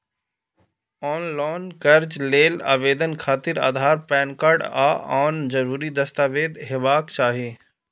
ऑनलॉन कर्ज लेल आवेदन खातिर आधार, पैन कार्ड आ आन जरूरी दस्तावेज हेबाक चाही